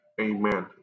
amen